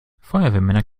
feuerwehrmänner